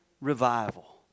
revival